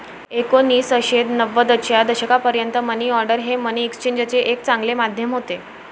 एकोणीसशे नव्वदच्या दशकापर्यंत मनी ऑर्डर हे मनी एक्सचेंजचे एक चांगले माध्यम होते